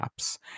apps